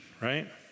right